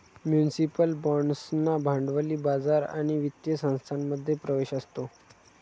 municipal बाँड्सना भांडवली बाजार आणि वित्तीय संस्थांमध्ये प्रवेश असतो